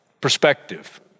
perspective